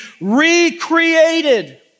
recreated